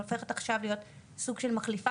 היא הופכת עכשיו להיות סוג של מחליפה